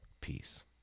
peace